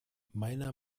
meiner